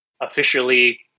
officially